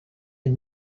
had